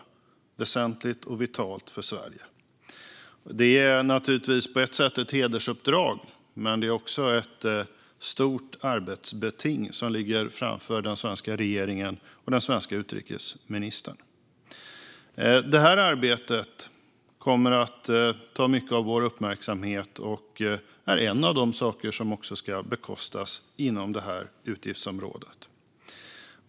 Detta är väsentligt och vitalt för Sverige. Det är naturligtvis på ett sätt ett hedersuppdrag, men det är också ett stort arbetsbeting som ligger framför den svenska regeringen och den svenska utrikesministern. Detta arbete kommer att ta mycket av vår uppmärksamhet och är en av de saker som ska bekostas inom detta utgiftsområde.